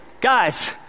guys